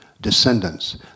descendants